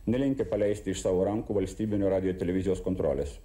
nelinkę paleisti iš savo rankų valstybinio radijo ir televizijos kontrolės